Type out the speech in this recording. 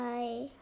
Bye